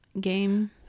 game